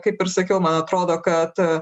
kaip ir sakiau man atrodo kad